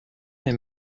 est